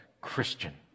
Christian